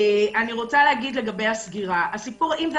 אני רוצה להגיד לגבי הסגירה.